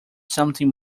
something